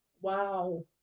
wow